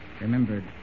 Remembered